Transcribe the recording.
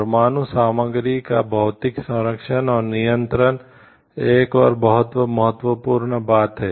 परमाणु सामग्री का भौतिक संरक्षण और नियंत्रण एक और बहुत महत्वपूर्ण बात है